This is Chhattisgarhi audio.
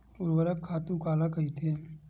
ऊर्वरक खातु काला कहिथे?